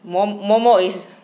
嬷嬷嬷 is